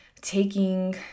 taking